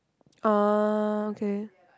oh okay